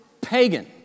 pagan